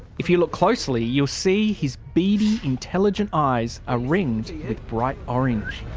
if you look closely, you'll see his beady intelligent eyes are ringed with bright orange.